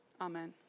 Amen